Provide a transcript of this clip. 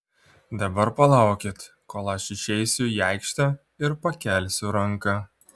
dabar palaukit kol aš išeisiu į aikštę ir pakelsiu ranką